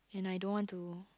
and I don't want to